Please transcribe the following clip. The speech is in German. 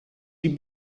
die